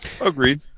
Agreed